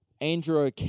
Andrew